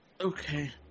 Okay